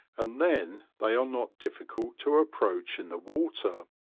and then they are not difficult to approach in the water.